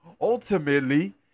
ultimately